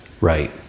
right